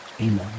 Amen